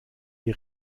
die